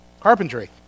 carpentry